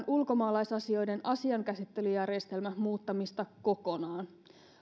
ulkomaalaisasioiden asiankäsittelyjärjestelmä pykälän muuttamista kokonaan